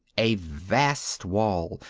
a vast wall,